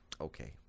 Okay